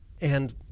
And-